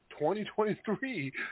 2023